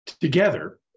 Together